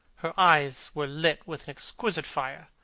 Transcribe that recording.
her eyes were lit with an exquisite fire.